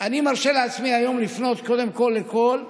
אני מרשה לעצמי היום לפנות קודם כול לכל,